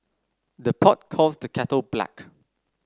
the pot calls the kettle black